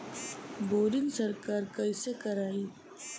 Boring सरकार कईसे करायी?